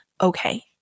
okay